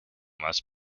must